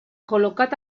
col·locat